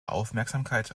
aufmerksamkeit